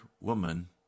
woman